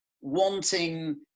wanting